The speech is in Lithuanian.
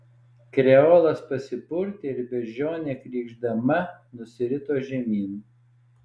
kreolas pasipurtė ir beždžionė krykšdama nusirito žemyn